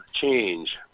change